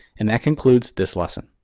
and that concludes this lesson.